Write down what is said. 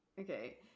Okay